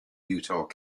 utah